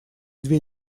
две